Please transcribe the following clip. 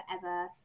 forever